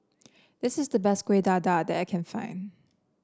this is the best Kueh Dadar that I can find